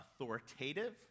authoritative